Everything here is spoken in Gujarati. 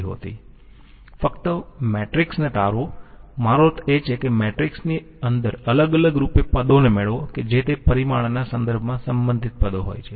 ફક્ત મેટ્રિક્સને તારવો મારો અર્થ એ છે કે મેટ્રિક્સની અંદર અલગ અલગ રૂપે પદોને મેળવો કે જે તે પરિમાણના સંદર્ભમાં સંબંધિત પદો હોય છે